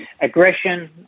aggression